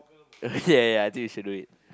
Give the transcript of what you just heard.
ya ya ya I think you should do it